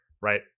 right